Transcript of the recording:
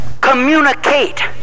communicate